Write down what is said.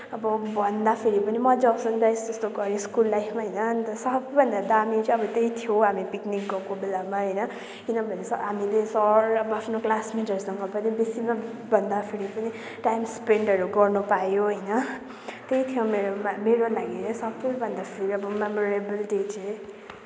भन्दाखेरि पनि मज्जा आउँछ नि त अब अब यस्तो यस्तो गर्यो स्कुल लाइफमा होइन अन्त सबैभन्दा दामी चाहिँ अब त्यही थियो हामी पिकनिक गएको बेलामा होइन किनभने हामीले सर अब आफ्नो क्लासमेटहरूसँग पनि बेसीमा भन्दाखेरि पनि टाइम स्पेन्टहरू गर्न पायो होइन त्यही थियो मेरो बा मेरो लागि चाहिँ सबै भन्दाखेरि मेमोरेबल डे चाहिँ